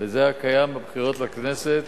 לזה הקיים בבחירות לכנסת,